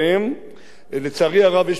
יש פה פסקה נוספת שאומרת: "ואין בה כדי